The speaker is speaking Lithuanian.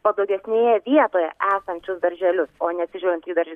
patogesnėje vietoje esančius darželius o neatsižvelgiant į darž